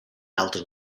elton